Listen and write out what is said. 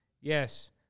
Yes